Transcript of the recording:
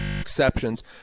exceptions